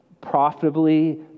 profitably